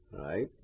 right